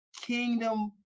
kingdom